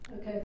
Okay